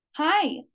Hi